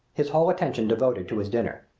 his whole attention devoted to his dinner.